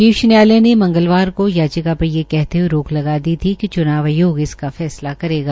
शीर्ष अदालत ने मंगलवार को याचिका पर वे कहते हये रोक लगा दी थी कि च्नाव आयोग इसका फैसला करेगा